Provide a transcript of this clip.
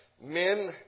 men